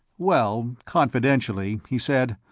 well confidentially, he said,